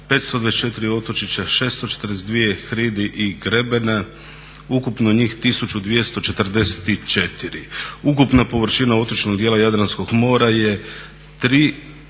524 otočića, 642 hridi i grebena, ukupno njih 1244. Ukupna površina otočnog dijela Jadranskog mora je 3259